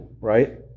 right